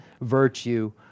virtue